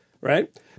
right